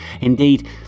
indeed